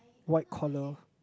white collar